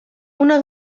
una